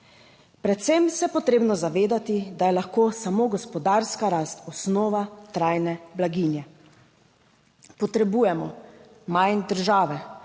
Predvsem se je potrebno zavedati, da je lahko samo gospodarska rast osnova trajne blaginje. Potrebujemo manj države,